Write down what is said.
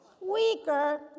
weaker